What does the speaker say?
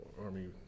Army